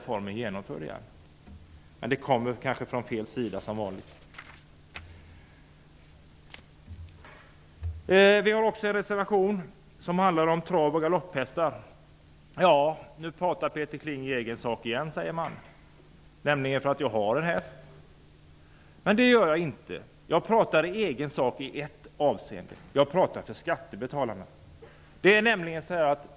Förslaget kommer kanske från fel sida, som vanligt. En reservation handlar om trav och galopphästar. Nu pratar Peter Kling i egen sak igen, sägs det. Jag har nämligen en häst. Jag pratar bara i egen sak i ett avseende. Jag pratar för skattebetalarna.